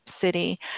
city